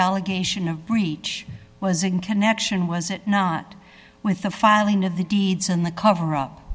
allegation of breach was in connection was it not with the filing of the deeds and the cover up